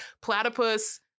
Platypus